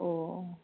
अ